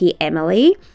Emily